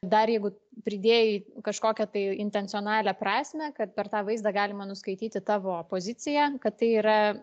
dar jeigu pridėjai kažkokią tai intencionalią prasmę kad per tą vaizdą galima nuskaityti tavo poziciją kad tai yra